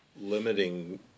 limiting